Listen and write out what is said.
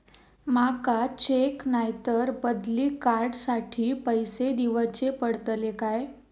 माका चेक नाय तर बदली कार्ड साठी पैसे दीवचे पडतले काय?